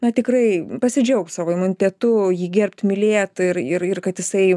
na tikrai pasidžiaugt savo imunitetu jį gerbt mylėt ir ir ir kad jisai